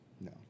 No